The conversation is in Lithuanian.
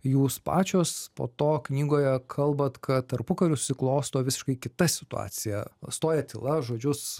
jūs pačios po to knygoje kalbat kad tarpukariu susiklosto visiškai kita situacija stoja tyla žodžius